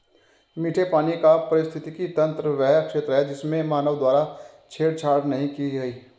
मीठे पानी का पारिस्थितिकी तंत्र वह क्षेत्र है जिसमें मानव द्वारा छेड़छाड़ नहीं की गई है